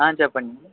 చెప్పండి